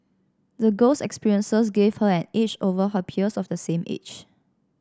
the girl's experiences gave her an edge over her peers of the same age